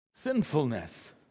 Sinfulness